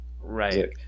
right